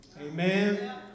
amen